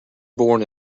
born